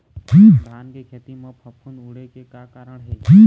धान के खेती म फफूंद उड़े के का कारण हे?